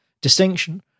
distinction